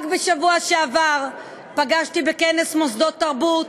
רק בשבוע שעבר פגשתי בכנס מוסדות תרבות